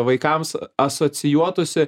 vaikams asocijuotųsi